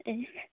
ए